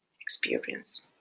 experience